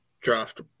draft